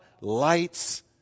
lights